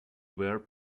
were